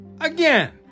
Again